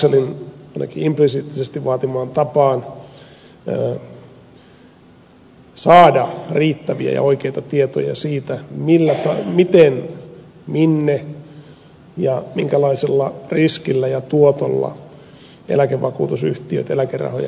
laxellin ainakin implisiittisesti vaatimaan tapaan saada riittäviä ja oikeita tietoja siitä miten minne ja minkälaisella riskillä ja tuotolla eläkevakuutusyhtiöt eläkerahojamme sijoittavat